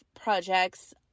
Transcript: projects